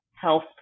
Health